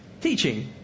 Teaching